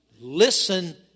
listen